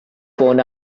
born